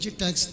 tax